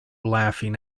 laughing